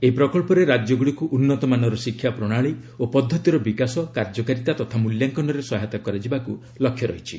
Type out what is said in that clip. ଏହି ପ୍ରକଳ୍ପରେ ରାଜ୍ୟଗୁଡ଼ିକୁ ଉନ୍ନତମାନର ଶିକ୍ଷା ପ୍ରଣାଳୀ ଓ ପଦ୍ଧତିର ବିକାଶ କାର୍ଯ୍ୟକାରିତା ତଥା ମୂଲ୍ୟାଙ୍କନରେ ସହାୟତା କରାଯିବାର ଲକ୍ଷ୍ୟ ରହିଛି